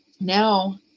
now